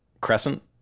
Crescent